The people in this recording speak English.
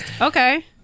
Okay